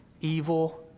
Evil